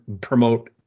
promote